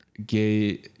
gay